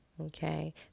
Okay